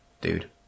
dude